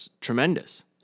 tremendous